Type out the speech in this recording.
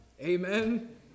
amen